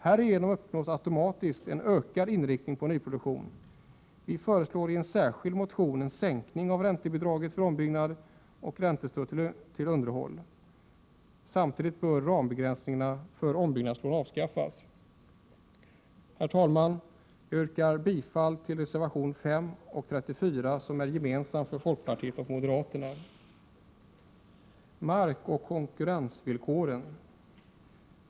Härigenom uppnås automatiskt en ökad inriktning på nyproduktion. Vi föreslår i en särskild motion en sänkning av räntebidraget för ombyggnad och räntestödet till underhåll. Samtidigt bör rambegränsningarna för ombyggnadslån avskaffas. Herr talman! Jag yrkar bifall till reservationerna 5 och 34, som är gemensamma för folkpartiet och moderata samlingspartiet. Så några ord om markoch konkurrensvillkoren.